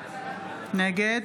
נגד